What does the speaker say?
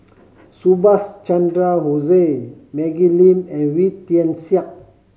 Subhas Chandra Bose Maggie Lim and Wee Tian Siak